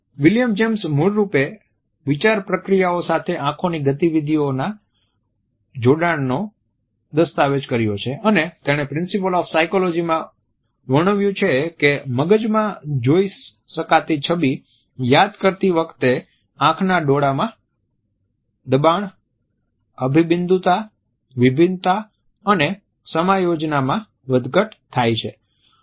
William જેમ્સે મૂળરૂપે વિચાર પ્રક્રિયાઓ સાથે આંખોની ગતિવિધિઓના જોડાણનો દસ્તાવેજ કર્યો છે અને તેણે પ્રિન્સિપલ્સ ઓફ સાયકોલોજીમાં વર્ણવ્યું છે કે મગજમાં જોઈ શકાતી છબી યાદ કરતી વખતે આંખના ડોળામા દબાણ અભીબીન્દુતા વિભિન્નતા અને સમાયોજનમાં વધઘટ થાય છે